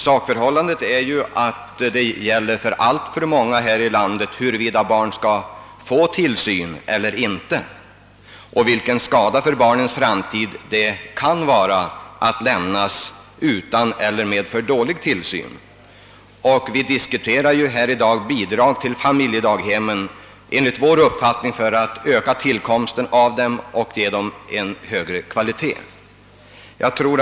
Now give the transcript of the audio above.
Sakförhållandet rör ju det faktum, att det för alltför många här i landet gäller huruvida barnen skall få tillsyn eller inte och vilken skada det kan medföra för barnens framtid att de lämnas utan eller med för dålig tillsyn. Vi dis kuterar ju här i dag frågan om bidrag till familjedaghemmen. Avsikten är att öka antalet familjedaghem och för att ge dem en högre kvalitet och därmed öka möjligheterna till god barntillsyn.